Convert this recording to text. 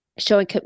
showing